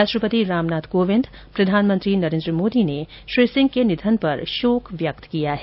राष्ट्रपति रामनाथ कोविंद प्रधानमंत्री नरेन्द्र मोदी ने श्री सिंह के निधन पर शोक व्यक्त किया है